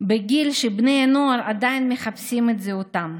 בגיל שבני נוער עדיין מחפשים את זהותם.